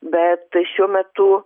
bet šiuo metu